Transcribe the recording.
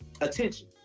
attention